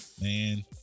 man